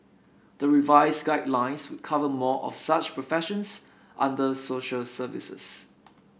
the revised guidelines would cover more of such professions under social services